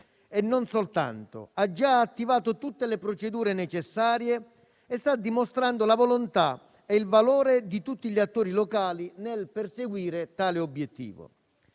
in quanto ha già attivato tutte le procedure necessarie e sta dimostrando la volontà e il valore di tutti gli attori locali nel perseguire tale obiettivo.